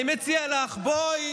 אני מציע לך, בואי,